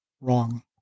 wrong